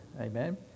amen